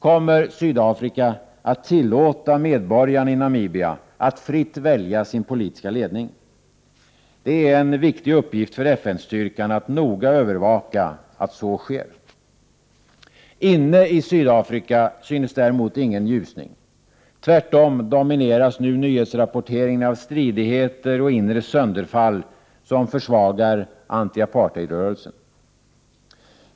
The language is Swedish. Kommer Sydafrika att tillåta medborgarna i Namibia att fritt välja sin politiska ledning? Det är en viktig uppgift för FN-styrkan att noga övervaka att så sker. Inne i Sydafrika syns däremot ingen ljusning. Tvärtom domineras nu nyhetsrapporteringen av stridigheter och inre sönderfall som försvagar anti-apartheidrörelsen.